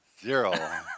Zero